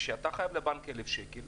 כשאתה חייב לבנק 1,000 שקל,